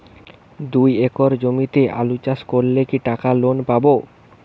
দুই একর জমিতে আলু চাষ করলে কি টাকা লোন পাবো?